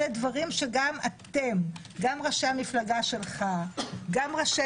אלה דברים שגם אתם, גם ראשי המפלגה שלך, גם ראשי